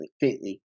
faintly